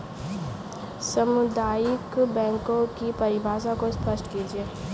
सामुदायिक बैंकों की परिभाषा को स्पष्ट कीजिए?